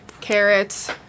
carrots